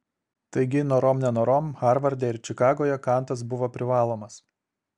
taigi norom nenorom harvarde ir čikagoje kantas buvo privalomas